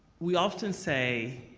we often say